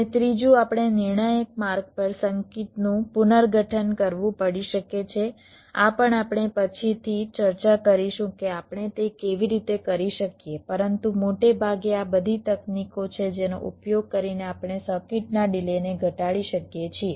અને ત્રીજું આપણે નિર્ણાયક માર્ગ પર સર્કિટનું પુનર્ગઠન કરવું પડી શકે છે આ પણ આપણે પછીથી ચર્ચા કરીશું કે આપણે તે કેવી રીતે કરી શકીએ પરંતુ મોટે ભાગે આ બધી તકનીકો છે જેનો ઉપયોગ કરીને આપણે સર્કિટના ડિલેને ઘટાડી શકીએ છીએ